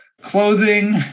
clothing